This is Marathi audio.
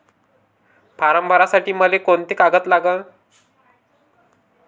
फारम भरासाठी मले कोंते कागद लागन?